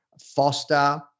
foster